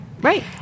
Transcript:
Right